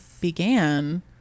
began